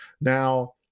now